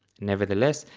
nevertheless,